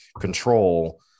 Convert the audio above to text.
control